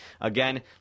Again